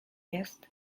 jest